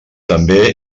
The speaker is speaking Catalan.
també